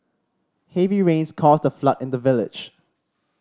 heavy rains caused a flood in the village